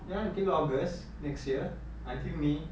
ya until august next year until may